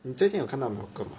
你最近有看到 malcolm mah